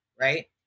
Right